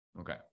Okay